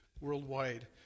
worldwide